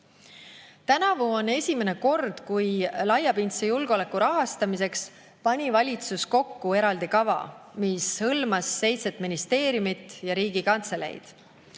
Tänavu on esimene kord, kui laiapindse julgeoleku rahastamiseks pani valitsus kokku eraldi kava, mis hõlmas seitset ministeeriumi ja Riigikantseleid.